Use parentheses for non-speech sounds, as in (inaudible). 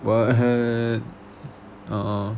what (noise) orh